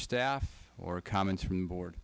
staff or comments from board